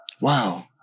Wow